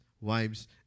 wives